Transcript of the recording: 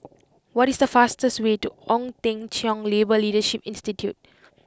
what is the fastest way to Ong Teng Cheong Labour Leadership Institute